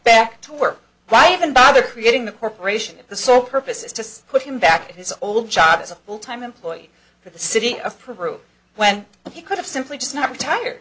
work why even bother creating the corporation the sole purpose is to put him back to his old job as a full time employee for the city of peru when he could have simply just not retired